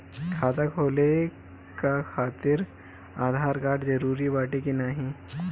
खाता खोले काहतिर आधार कार्ड जरूरी बाटे कि नाहीं?